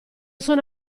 sono